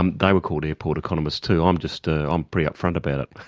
um they were called airport economists too. i'm just a, i'm pretty upfront about it.